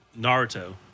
Naruto